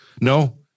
no